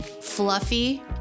fluffy